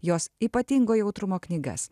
jos ypatingo jautrumo knygas